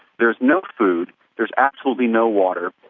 there's no food. there's absolutely no water.